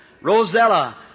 Rosella